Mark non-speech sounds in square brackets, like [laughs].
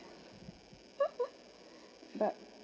[laughs] but